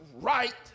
right